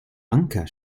anker